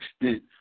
extent